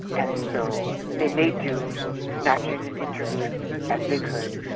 and so they made do snatching an interlude as they could,